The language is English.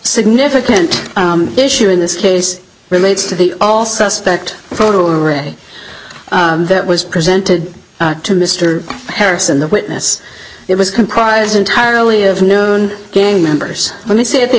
significant issue in this case relates to the all suspect photo array that was presented to mr harris and the witness it was comprised entirely of known gang members let me say at the